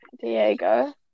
Diego